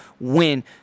win